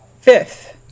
fifth